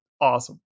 Awesome